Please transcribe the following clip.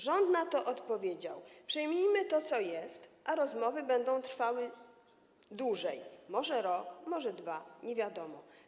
Rząd na to odpowiedział: przyjmijmy to, co jest, a rozmowy będą trwały dłużej, może rok, może dwa, nie wiadomo.